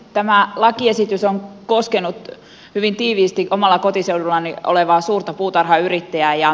tämä lakiesitys on koskenut hyvin tiiviisti omalla kotiseudullani olevaa suurta puutarhayrittäjää